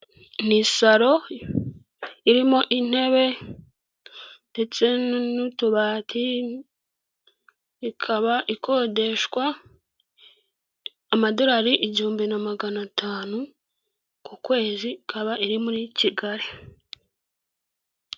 Ni saro irimo intebe ndetse n'utubati, ikaba ikodeshwa amadorari igihumbi na magana atanu ku kwezi, ikaba iri muri Kigali.